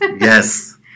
yes